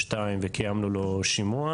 ב-2022 וקיימנו לו שימוע.